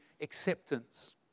acceptance